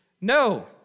No